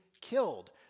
killed